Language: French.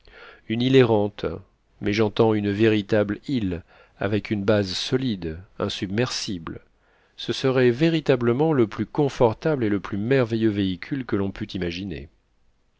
une île errante mais j'entends une véritable île avec une base solide insubmersible ce serait véritablement le plus confortable et le plus merveilleux véhicule que l'on pût imaginer